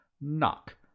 Knock